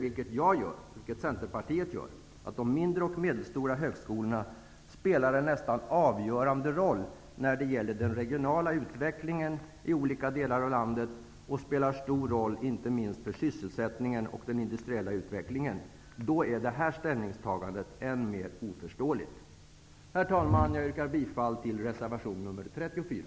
Vi i Centerpartiet anser att de mindre och medelstora högskolorna spelar en nästan avgörande roll när det gäller den regionala utvecklingen i olika delar av landet och inte minst för sysselsättningen och den industriella utvecklingen. Då är ert ställningstagande än mer oförståeligt. Herr talman! Jag yrkar bifall till reservation nr 34.